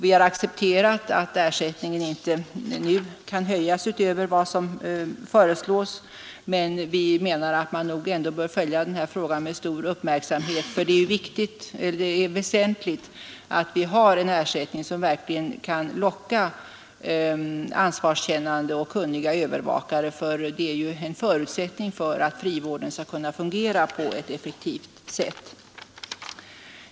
Vi har accepterat att ersättningen nu inte kan höjas utöver vad som föreslås, men vi menar att man ändå bör följa frågan med stor uppmärksamhet. Det är väsentligt att vi har en ersättning som verkligen kan locka ansvarskännande och kunniga övervakare, för det är en förutsättning för att frivården skall kunna fungera på ett effektivt sätt.